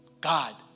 God